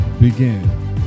begin